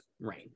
Right